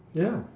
ya